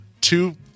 two